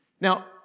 Now